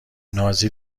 نازی